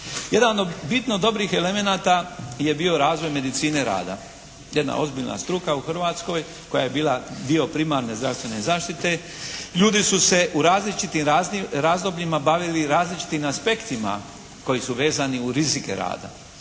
Jedan od bitno dobrih elemenata je bio razvoj medicine rada. Jedna ozbiljna struka u Hrvatskoj koja je bila dio primarne zdravstvene zaštite. Ljudi su se u različitim razdobljima bavili različitim aspektima koji su vezani u rizike rada.